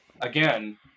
again